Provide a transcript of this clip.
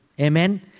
Amen